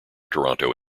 toronto